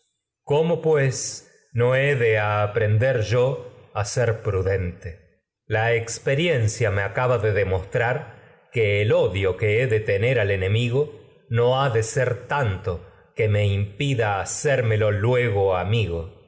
cómo pues no he de aprender yo a ser pru dente odio la experiencia me acaba de demostrar que el que he de tener al enemigo no ha de ser tanto que me impida hacérmelo luego amigo